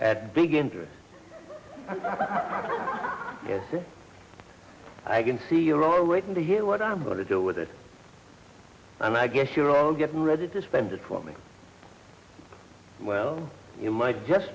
at big interest i can see your are waiting to hear what i'm going to do with it and i guess you're all getting ready to spend it for me well you might just